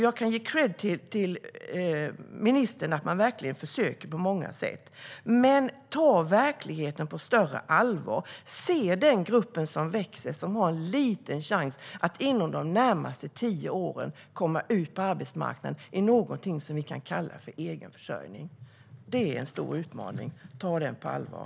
Jag kan ge kredd till ministern att man verkligen försöker på många sätt. Men ta verkligheten på större allvar. Se den växande grupp som har en liten chans att inom de närmaste tio åren komma ut på arbetsmarknaden i någonting som vi kan kalla för egen försörjning. Det är en stor utmaning. Ta den på allvar.